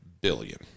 billion